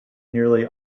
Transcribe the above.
nearly